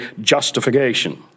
justification